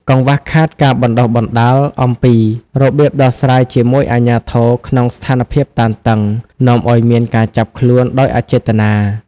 កង្វះខាតការបណ្តុះបណ្តាលអំពីរបៀបដោះស្រាយជាមួយអាជ្ញាធរក្នុងស្ថានភាពតានតឹង នាំឱ្យមានការចាប់ខ្លួនដោយអចេតនា។